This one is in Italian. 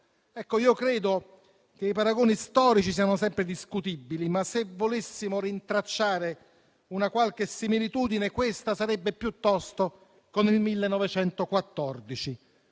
io credo che i paragoni storici siano sempre discutibili, ma se volessimo rintracciare una qualche similitudine, questa sarebbe piuttosto con il 1914,